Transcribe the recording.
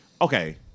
okay